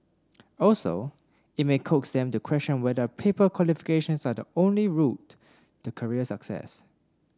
also it may coax them to question whether paper qualifications are the only route to career success